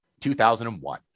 2001